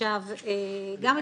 גם אצלכם,